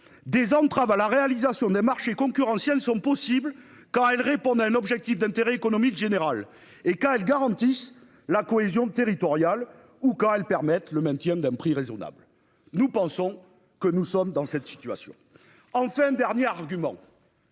des entraves à la réalisation des marchés concurrentiels sont possibles, quand elles répondent à un objectif d'intérêt économique général et quand elles garantissent la cohésion territoriale ou quand elles permettent le maintien d'un prix raisonnable. Nous pensons que nous sommes dans cette situation. Enfin, dernier argument.--